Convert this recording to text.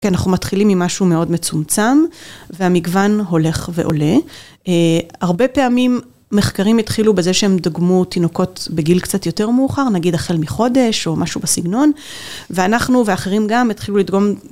כן, אנחנו מתחילים עם משהו מאוד מצומצם והמגוון הולך ועולה. הרבה פעמים מחקרים התחילו בזה שהם דגמו תינוקות בגיל קצת יותר מאוחר, נגיד, החל מחודש או משהו בסגנון ואנחנו ואחרים גם, התחילו לדגום...